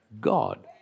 God